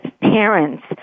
parents